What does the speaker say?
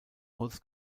holz